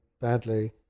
badly